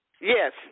Yes